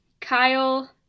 kyle